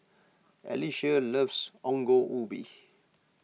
Alysia loves Ongol Ubi